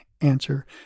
answer